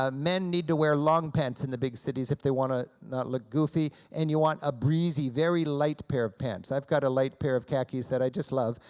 ah men need to wear long pants in the big cities if they want to not look goofy, and you want a breezy, very light pair of pants. i've got a light pair of khakis that i just love,